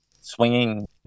swinging